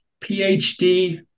PhD